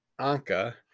Anka